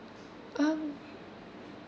um